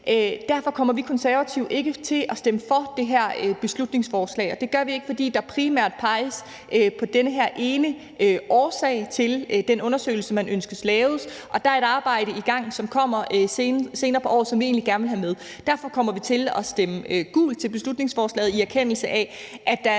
Derfor kommer vi Konservative ikke til at stemme for det her beslutningsforslag. Det gør vi ikke, fordi der primært peges på den her ene årsag til den undersøgelse, man ønsker lavet, og der er et arbejde i gang, som kommer senere på året, som vi egentlig gerne vil have med. Derfor kommer vi til at stemme gult til beslutningsforslaget, i erkendelse af at der